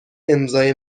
امضای